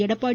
Edappadi